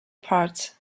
parts